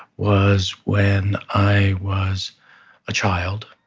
was when i was a child.